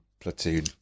Platoon